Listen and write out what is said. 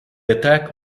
attack